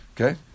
Okay